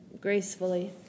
gracefully